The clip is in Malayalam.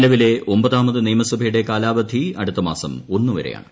നിലവിലെ ഒമ്പതാമത് നിയസഭയുടെ കാലാവധി അടുത്തമാസം ഒന്നുവരെയാണ്